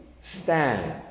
stand